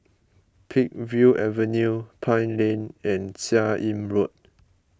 Peakville Avenue Pine Lane and Seah Im Road